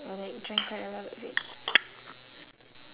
I like drink quite a lot of it